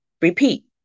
Repeat